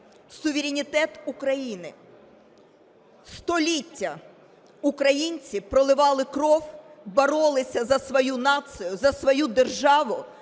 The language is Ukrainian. Суверенітет України! Століття українці проливали кров, боролися за свою націю, за свою державу,